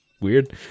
weird